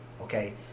Okay